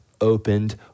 opened